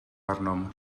arnom